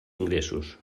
ingressos